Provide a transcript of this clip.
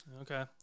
Okay